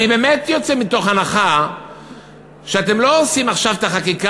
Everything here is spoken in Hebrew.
אני באמת יוצא מתוך הנחה שאתם לא עושים עכשיו את החקיקה